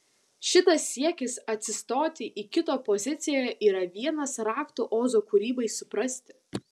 šitas siekis atsistoti į kito poziciją yra vienas raktų ozo kūrybai suprasti